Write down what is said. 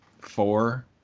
four